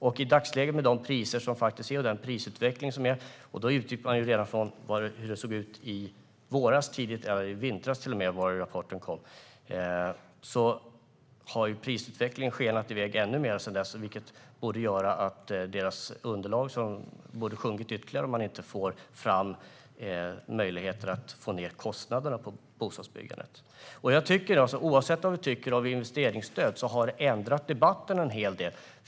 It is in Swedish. Man utgick ifrån hur prisläget såg ut tidigt i vintras, när rapporten kom, men sedan dess har priserna skenat iväg ännu mer. Underlaget borde ha sjunkit ytterligare, om det inte blir möjligt att få ned kostnaderna för bostadsbyggandet. Oavsett vad vi tycker om investeringsstödet har det ändrat debatten.